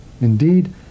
Indeed